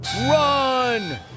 Run